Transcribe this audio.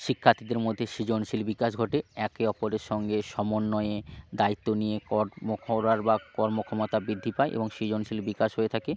শিক্ষার্থীদের মধ্যে সৃজনশীল বিকাশ ঘটে একে অপরের সঙ্গে সমন্বয়ে দায়িত্ব নিয়ে কর্ম করার বা কর্মক্ষমতা বৃদ্ধি পায় এবং সৃজনশীল বিকাশ হয়ে থাকে